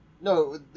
No